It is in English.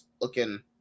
looking